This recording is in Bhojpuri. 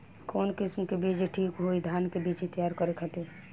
कवन किस्म के बीज ठीक होई धान के बिछी तैयार करे खातिर?